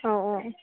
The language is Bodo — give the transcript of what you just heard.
औ औ